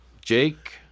Jake